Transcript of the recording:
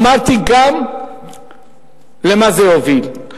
אמרתי גם למה זה יוביל.